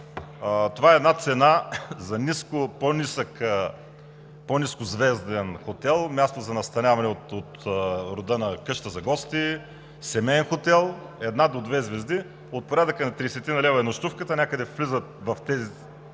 това е цена за по-ниско звезден хотел, място за настаняване от рода на къща за гости, семеен хотел – една до две звезди. От порядъка на 30-ина лева е нощувката. Някъде в тези